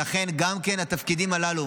ולכן גם התפקידים הללו